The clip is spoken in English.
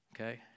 okay